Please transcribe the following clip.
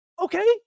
Okay